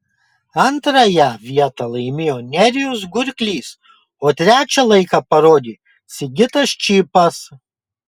antrąją vietą laimėjo nerijus gurklys o trečią laiką parodė sigitas čypas